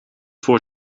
voor